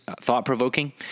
thought-provoking